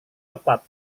tepat